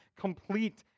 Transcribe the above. complete